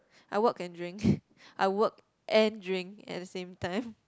I work and drink I work and drink at the same time